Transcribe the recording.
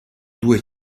due